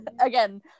again